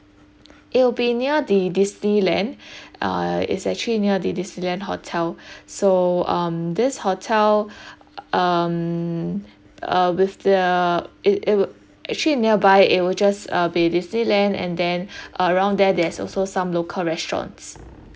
it'll be near the disneyland uh it's actually near the disneyland hotel so um this hotel um uh with the it it would actually nearby it will just uh be disneyland and then around there there's also some local restaurants